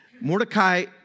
Mordecai